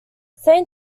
saint